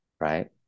right